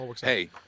hey